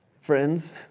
friends